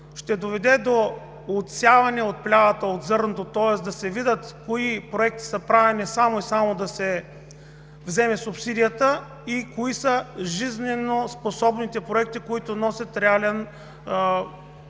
ще доведат до отсяване на плявата от зърното, тоест да се видят кои проекти са правени само и само да се вземе субсидията и кои са жизнеспособните проекти, които носят реален растеж.